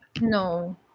no